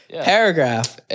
paragraph